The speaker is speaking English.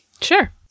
Sure